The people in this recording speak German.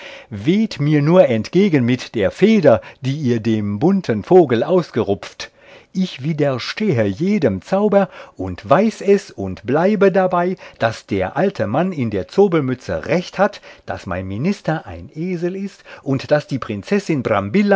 weht mir nur entgegen mit der feder die ihr dem bunten vogel ausgerupft ich widerstehe jedem zauber und weiß es und bleibe dabei daß der alte mann in der zobelmütze recht hat daß mein minister ein esel ist und daß die prinzessin